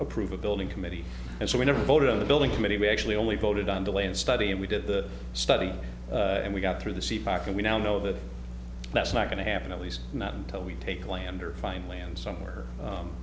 approve a building committee and so we never voted on the building committee we actually only voted on the land study and we did the study and we got through the sea facts and we now know that that's not going to happen at least not until we take land or find land somewhere